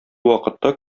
вакытта